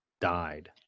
died